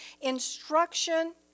instruction